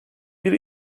bir